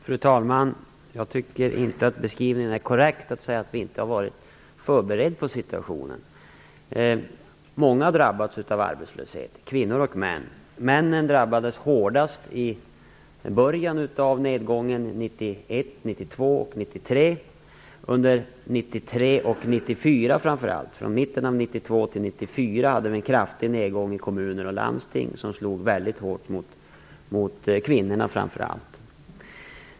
Fru talman! Jag tycker inte att beskrivningen att regeringen inte skulle ha varit förberedd på situationen är korrekt. Många drabbas av arbetslösheten, både kvinnor och män. Männen drabbades hårdast i början av nedgången under år 1991, 1992 och 1993. Från mitten av 1992 till 1994 skedde en kraftig nedgång i kommuner och landsting som slog väldigt hårt mot framför allt kvinnorna.